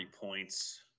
points